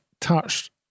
touched